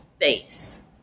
face